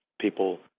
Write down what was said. people